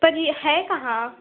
पर ये है कहाँ